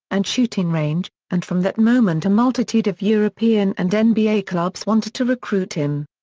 and shooting range, and from that moment a multitude of european and and nba clubs wanted to recruit him.